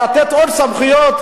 לתת עוד סמכויות,